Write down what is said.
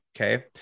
Okay